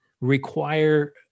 require